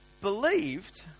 believed